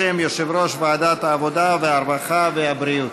בשם יושב-ראש ועדת העבודה והרווחה והבריאות.